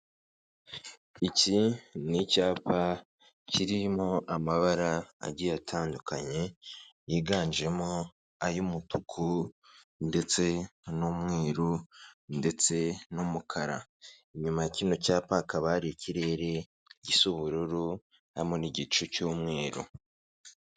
Iki ni icyapa kirimo amabara agiye atandukanye, yiganjemo ay'umutuku ndetse n'umweru, ndetse n'umukara. Inyuma ya kino cyapa hakaba ikirere gisa ubururu, harimo n'igicu cy'umweru.